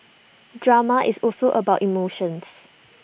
drama is also about emotions